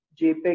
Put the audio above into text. JPEG